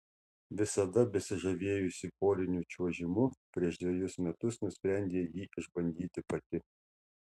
visada besižavėjusi poriniu čiuožimu prieš dvejus metus nusprendė jį išbandyti pati